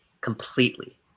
completely